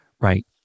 right